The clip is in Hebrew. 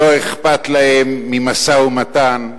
לא אכפת להם ממשא-ומתן,